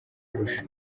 arusha